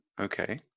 okay